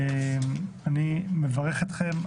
אני מברך אתכם,